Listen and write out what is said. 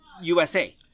USA